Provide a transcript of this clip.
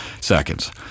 seconds